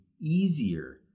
easier